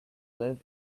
live